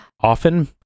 often